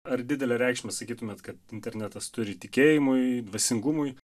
ar didelę reikšmę sakytumėt kad internetas turi tikėjimui dvasingumui